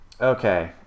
Okay